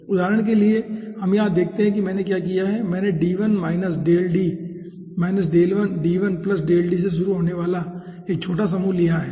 उदाहरण के लिए आइए हम यहां देखते है कि मैंने क्या किया है मैंने से शुरू होने वाला एक छोटा समूह लिया है